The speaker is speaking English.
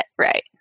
right